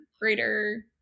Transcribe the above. greater